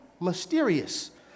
mysterious